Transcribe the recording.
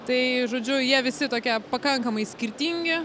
tai žodžiu jie visi tokie pakankamai skirtingi